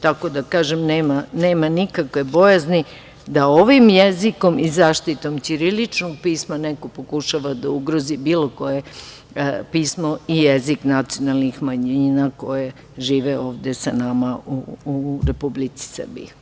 Tako da, kažem, nema nikakve bojazni da ovim jezikom i zaštitom ćiriličnog pisma neko pokušava da ugrozi bilo koje pismo i jezik nacionalnih manjina koje žive ovde sa nama u Republici Srbiji.